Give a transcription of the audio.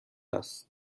است